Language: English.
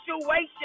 situation